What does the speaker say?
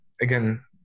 again